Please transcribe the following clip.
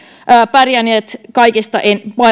pärjänneet kaikista